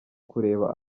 kureba